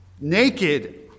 naked